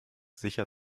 sicher